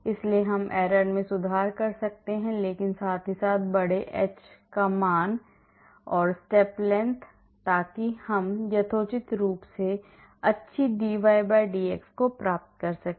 इसलिए हम error में सुधार कर सकते हैं लेकिन साथ ही साथ बड़े h मान step length ताकि हम यथोचित रूप से अच्छी dydx प्राप्त कर सकें